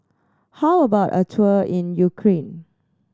how about a tour in Ukraine